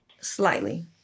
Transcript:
slightly